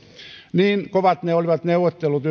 niin kovat olivat neuvottelut